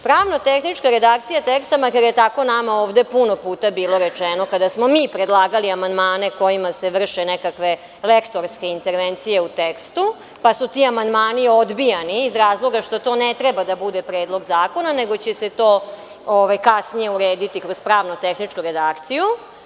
Pravno-tehnička redakcija teksta, makar je tako nama ovde puno puta bilo rečeno kada smo mi predlagali amandmane kojima se vrše nekakve lektorske intervencije u tekstu, pa su ti amandmani odbijani iz razloga što to ne treba da bude predlog zakona, nego će se to kasnije urediti kroz pravno-tehničku redakciju.